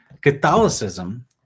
Catholicism